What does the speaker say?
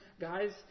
guys